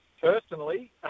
personally